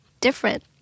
different